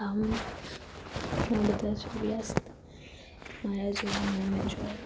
આમ બધા સૂર્યાસ્ત અમે જોએલા છે